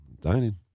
Dining